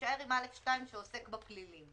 תישאר עם (א)(2) שעוסק בפלילים,